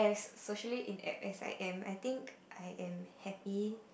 socially in s_i_m I think I am happy